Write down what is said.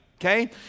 Okay